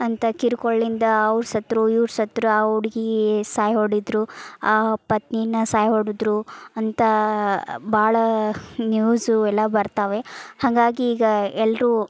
ಅಂತ ಕಿರಿಕುಳಿಂದ ಅವ್ರು ಸತ್ತರು ಇವ್ರು ಸತ್ತರು ಆ ಹುಡ್ಗಿ ಸಾಯ್ ಹೊಡೆದ್ರು ಆ ಪತ್ನಿನ ಸಾಯ್ ಹೊಡೆದ್ರು ಅಂತ ಭಾಳ ನ್ಯೂಸು ಎಲ್ಲ ಬರ್ತವೆ ಹಾಗಾಗಿ ಈಗ ಎಲ್ಲರೂ